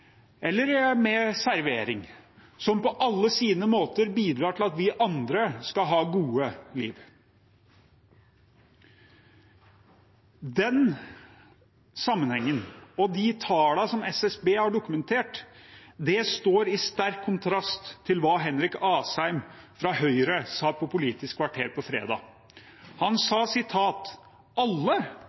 eller med servering, som alle på sin måte bidrar til at vi andre skal ha gode liv. Den sammenhengen og de tallene som SSB har dokumentert, står i sterk kontrast til hva Henrik Asheim, fra Høyre, sa på Politisk kvarter fredag. Han sa: